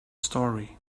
story